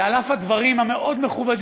ועל אף הדברים המאוד-מכובדים,